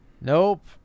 Nope